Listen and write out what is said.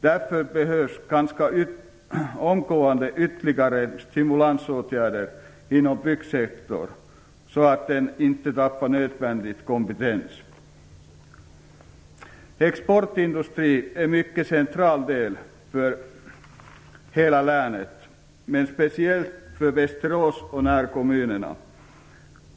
Därför behövs ganska omgående ytterligare stimulansåtgärder inom byggsektorn, så att den inte tappar nödvändig kompetens. Exportindustrin är en mycket central del för hela länet, men speciellt för Västerås och närkommunerna.